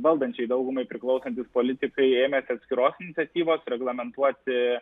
valdančiai daugumai priklausantys politikai ėmėsi atskiros iniciatyvos reglamentuoti